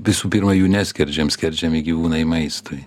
visų pirma jų neskerdžiam skerdžiami gyvūnai maistui